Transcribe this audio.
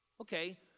Okay